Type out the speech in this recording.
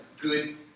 good